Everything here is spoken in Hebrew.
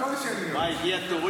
כבר הגיע תורי?